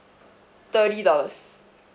thirty dollars